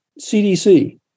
CDC